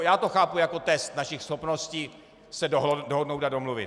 Já to chápu jako test našich schopností se dohodnout a domluvit.